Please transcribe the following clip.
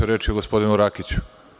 Reč je o gospodinu Rakiću.